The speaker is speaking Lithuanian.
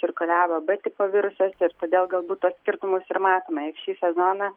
cirkuliavo b tipo virusas todėl galbūt tuos skirtumus ir matome juk šį sezoną